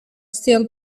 still